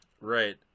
Right